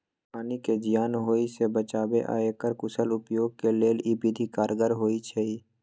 पानी के जीयान होय से बचाबे आऽ एकर कुशल उपयोग के लेल इ विधि कारगर होइ छइ